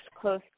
close